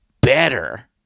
better